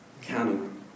canon